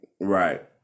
right